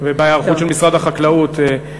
ובהיערכות של משרד החקלאות לעניין הזה.